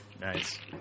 Nice